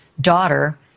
daughter